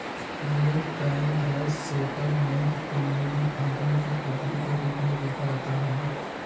real time gross settlement को निधि अंतरण की पद्धति के रूप में देखा जाता है